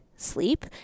sleep